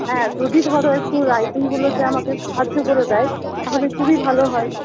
হ্যাঁ যদি ধরো একটু রাইটিংগুলোতে আমাকে সাহায্য করে দেয় তাহলে খুবই ভালো হয়